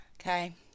Okay